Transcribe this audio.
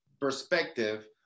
perspective